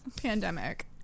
pandemic